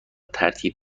ترتیب